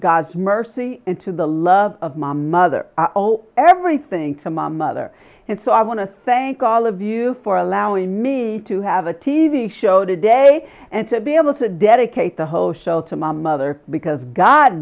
god's mercy and to the love of my mother all everything to my mother and so i want to thank all of you for allowing me to have a t v show today and to be able to dedicate the whole show to my mother because god